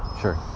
Sure